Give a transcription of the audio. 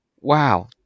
wow